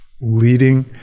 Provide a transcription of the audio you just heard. leading